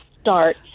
start